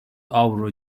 avro